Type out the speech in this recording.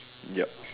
yep